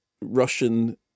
Russian